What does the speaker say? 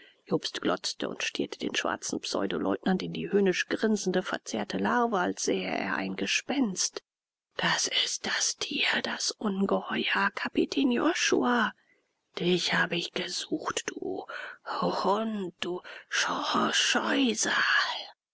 jobst glotzte und stierte dem schwarzen pseudoleutnant in die höhnisch grinsende verzerrte larve als sähe er ein gespenst das ist das tier das ungeheuer kapitän josua dich habe ich gesucht du huhund du